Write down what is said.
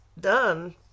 done